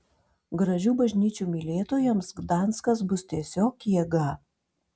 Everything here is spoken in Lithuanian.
gražių bažnyčių mylėtojams gdanskas bus tiesiog jėga